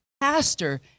pastor